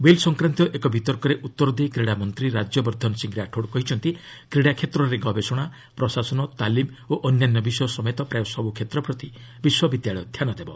bill ସଂକ୍ରାନ୍ତୀୟ ଏକ ବିତର୍କରେ ଉତ୍ତର ଦେଇ କ୍ରୀଡ଼ା ମନ୍ତ୍ରୀ ରାଜ୍ୟବର୍ଦ୍ଧନ ସିଂ ରାଠୋଡ୍ କହିଛନ୍ତି କ୍ରୀଡ଼ା କ୍ଷେତ୍ରରେ ଗବେଷଣା ପ୍ରଶାସନ ତାଲିମ୍ ଓ ଅନ୍ୟାନ୍ୟ ବିଷୟ ସମେତ ପ୍ରାୟ ସବୁ କ୍ଷେତ୍ରପ୍ରତି ବିଶ୍ୱବିଦ୍ୟାଳୟ ଧ୍ୟାନ ଦେବ